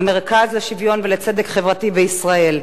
המרכז לשוויון ולצדק חברתי בישראל.